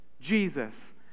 Jesus